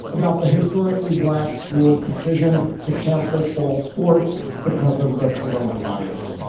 about the historically black school's decision to cancel fall sports. the cause of the corona virus.